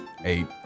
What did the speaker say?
eight